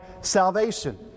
salvation